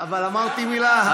אבל אמרתי מילה.